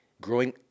growing